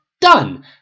Done